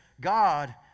God